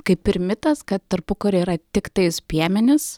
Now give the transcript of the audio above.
kaip ir mitas kad tarpukaryje yra tiktais piemenys